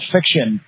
Fiction